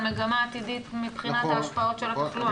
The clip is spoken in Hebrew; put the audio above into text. מגמה עתידית מבחינת ההשפעות של התחלואה.